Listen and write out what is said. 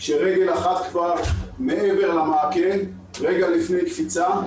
כשרגל אחת כבר מעבר למעקה רגע לפני קפיצה,